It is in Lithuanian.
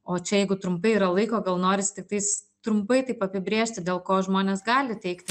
o čia jeigu trumpai yra laiko gal noris tiktais trumpai taip apibrėžti dėl ko žmonės gali teikti